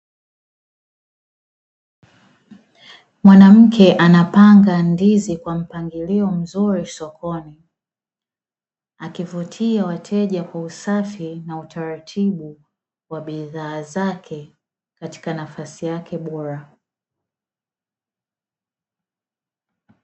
Mwanamke anapanga ndizi kwa mpangilio mzuri sokoni, akivutia wateja kwa usafi na utaratibu wa bidhaa zake katika nafasi yake bora.